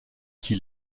qui